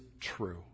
true